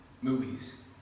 movies